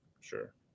Sure